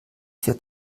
wird